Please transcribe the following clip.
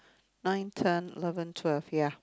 nine ten eleven twelve ya